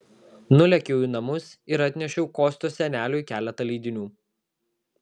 nulėkiau į namus ir atnešiau kostios seneliui keletą leidinių